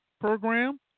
Program